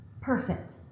perfect